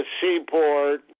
seaport